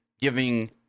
giving